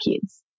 kids